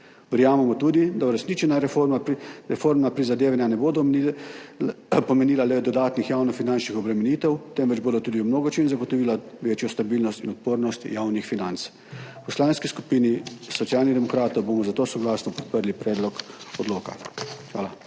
Verjamemo tudi, da uresničena reformna prizadevanja ne bodo pomenila le dodatnih javnofinančnih obremenitev, temveč bodo tudi v mnogočem zagotovila večjo stabilnost in odpornost javnih financ. V Poslanski skupini Socialnih demokratov bomo zato soglasno podprli predlog odloka. Hvala.